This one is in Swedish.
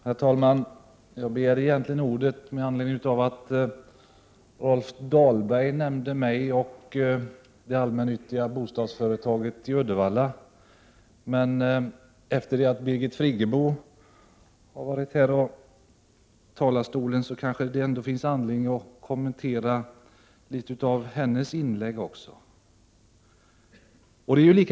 Herr talman! Jag begärde egentligen ordet med anledning av att Rolf Dahlberg nämnde mig och det allmännyttiga bostadsföretaget i Uddevalla. Men sedan Birgit Friggebo har varit uppe i talarstolen, finns det kanske anledning att också kommentera litet av hennes inlägg.